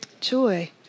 Joy